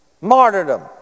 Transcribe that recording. martyrdom